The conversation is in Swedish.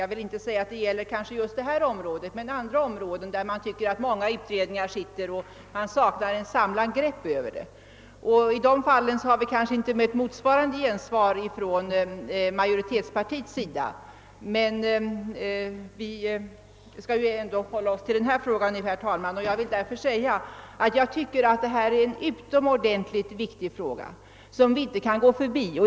Jag vill inte säga att det har gällt just detta område, men det har gällt andra områden, där många utredningar arbetar och där man saknar ett samlat grepp. I de fallen har vi kanske inte mött motsvarande gensvar från majoritetspartiet; Vi skall emellertid hålla oss till det föreliggande ärendet, herr talman, och jag vill om det säga att det tar upp en utomordentligt viktig fråga som vi inte kan gå förbi.